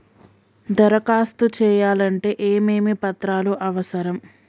దరఖాస్తు చేయాలంటే ఏమేమి పత్రాలు అవసరం?